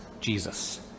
Jesus